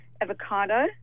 avocado